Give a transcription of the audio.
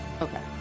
Okay